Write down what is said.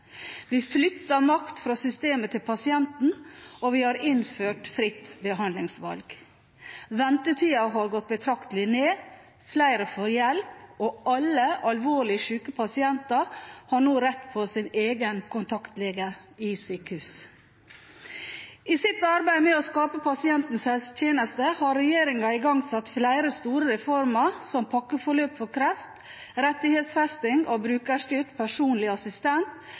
Vi flytter makt fra systemet til pasienten, og vi har innført fritt behandlingsvalg. Ventetidene har gått betraktelig ned, flere får hjelp, og alle alvorlig syke pasienter har nå rett på sin egen kontaktlege i sykehus. I sitt arbeid med å skape pasientens helsetjeneste har regjeringen igangsatt flere store reformer, som pakkeforløp for kreft, rettighetsfesting av brukerstyrt personlig assistent,